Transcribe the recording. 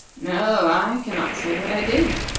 no, i cannot say that i did,